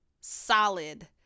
solid